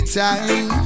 time